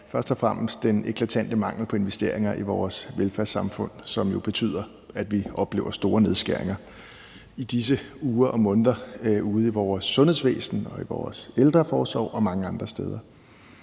først og fremmest den eklatante mangel på investeringer i vores velfærdssamfund, som jo betyder, at vi i disse uger og måneder oplever store nedskæringer ude i vores sundhedsvæsen, i vores ældreforsorg og mange andre steder.